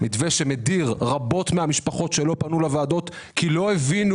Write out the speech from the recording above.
מתווה שמדיר רבות מהמשפחות שלא פנו לוועדות כי לא הבינו